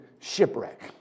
shipwreck